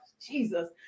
Jesus